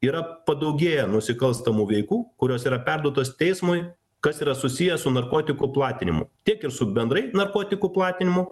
yra padaugėję nusikalstamų veikų kurios yra perduotos teismui kas yra susiję su narkotikų platinimu tiek ir su bendrai narkotikų platinimu